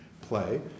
play